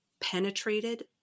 penetrated